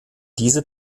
diese